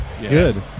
Good